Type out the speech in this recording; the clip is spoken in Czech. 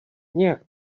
nějak